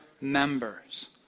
members